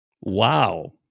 Wow